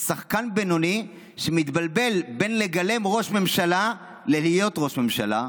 שחקן בינוני שמתבלבל בין לגלם ראש ממשלה ללהיות ראש ממשלה,